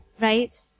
right